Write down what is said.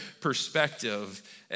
perspective